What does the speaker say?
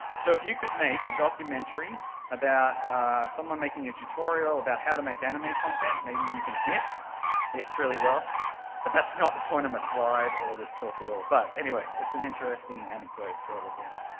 so if you could make a documentary about someone making a tutorial about how to make anime content, maybe you can hit this really but that's not the point of my slide, or this talk at all, but anyway, it's an interesting anecdote for all of this.